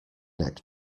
neck